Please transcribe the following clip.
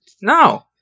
no